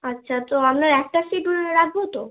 আচ্ছা তো আপনার একটা সিট রাখবো তো